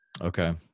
Okay